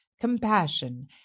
Compassion